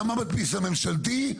גם במדפיס הממשלתי,